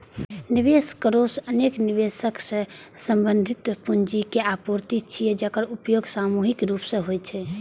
निवेश कोष अनेक निवेशक सं संबंधित पूंजीक आपूर्ति छियै, जेकर उपयोग सामूहिक रूप सं होइ छै